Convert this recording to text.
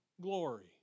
glory